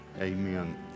Amen